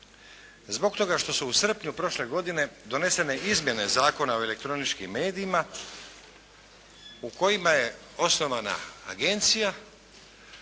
zbog toga što su u srpnju prošle godine donesene izmjene Zakona o elektroničkim medijima u kojima je osnovana agencija